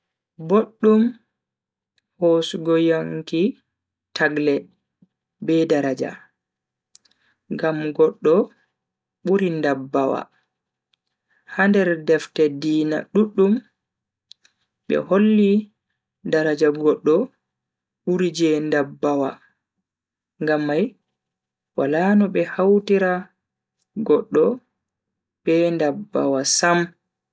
Boddum hosugo yonki tagle be daraja ngam goddo buri ndabbawa. ha nder defte diina duddum be holli daraja goddo buri je ndabbawa ngam mai wala no be hautira goddo be ndabbawa Sam.